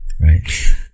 right